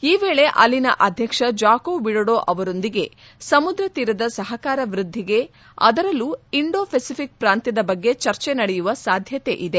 ಈ ವೇಳೆ ಅಲ್ಲಿನ ಅಧ್ಯಕ್ಷ ಜಾಕೊ ವಿಡೊಡೊ ಅವರೊಂದಿಗೆ ಸಮುದ್ರ ತೀರದ ಸಹಕಾರ ವೃದ್ದಿಗೆ ಅದರಲ್ಲೂ ಇಂಡೊ ಪೆಸಿಫಿಕ್ ಪ್ರಾಂತ್ಯದ ಬಗ್ಗೆ ಚರ್ಚೆ ನಡೆಯುವ ಸಾಧ್ಯತೆ ಇದೆ